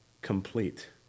complete